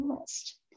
list